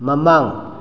ꯃꯃꯥꯡ